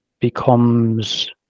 becomes